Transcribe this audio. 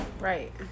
right